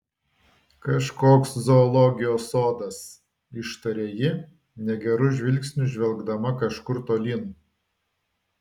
kažkoks zoologijos sodas ištarė ji negeru žvilgsniu žvelgdama kažkur tolyn